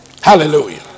Hallelujah